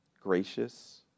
gracious